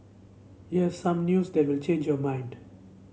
here's some news that will change your mind